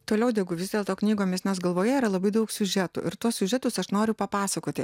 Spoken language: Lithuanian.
toliau degu vis dėlto knygomis nes galvoje yra labai daug siužetų ir tuos siužetus aš noriu papasakoti